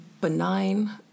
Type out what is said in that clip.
benign